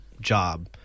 job